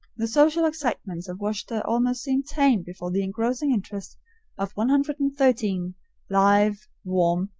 the social excitements of worcester almost seem tame before the engrossing interest of one hundred and thirteen live, warm,